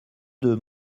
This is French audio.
deux